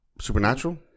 Supernatural